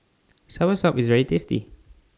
Soursop IS very tasty